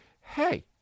Hey